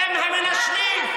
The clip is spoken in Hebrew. אתם המנשלים,